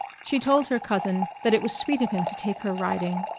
she told her cousin that it was sweet of him to take her riding.